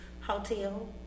Hotel